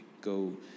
Go